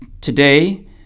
today